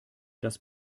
das